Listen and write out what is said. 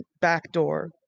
backdoor